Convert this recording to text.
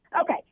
Okay